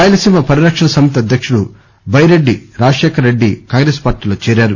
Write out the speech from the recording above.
రాయసీమ పరిరక్షణ సమితి అధ్యకుడు బైరెడ్డి రాజశేఖర రెడ్డి కాంగ్రెస్ పార్టీలో చేరారు